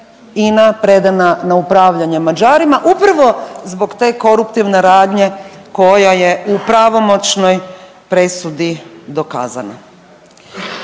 Ina predana na upravljanje Mađarima upravo zbog te koruptivne radnje koja je u pravomoćnoj presudi dokazana.